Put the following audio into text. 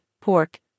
pork